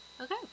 Okay